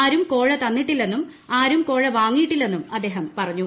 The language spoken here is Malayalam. ആരും കോഴ തന്നിട്ടില്ലെന്നും ആരും കോഴ വാങ്ങിയിട്ടില്ലെന്നും അദ്ദേഹം പറഞ്ഞു